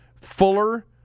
Fuller